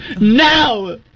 now